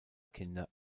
kinder